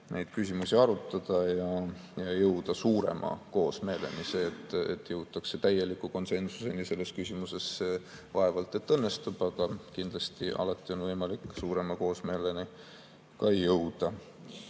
küsimusi arutada ja jõuda suurema koosmeeleni. See, et jõutakse täieliku konsensuseni selles küsimuses, vaevalt et õnnestub, aga kindlasti alati on võimalik suurema koosmeeleni jõuda.